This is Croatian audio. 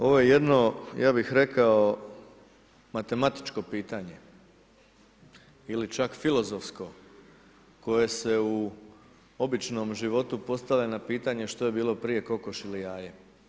Ovo je jedno, ja bih rekao matematičko pitanje ili čak filozofsko koje se u običnom životu postavlja na pitanje što je bilo prije, kokoš ili jaje.